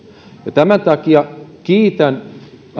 tämän takia kiitän